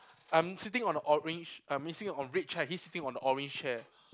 I'm sitting on the orange I'm sitting on red chair he's sitting on the orange chair